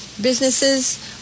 businesses –